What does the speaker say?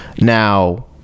Now